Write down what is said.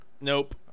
Nope